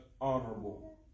honorable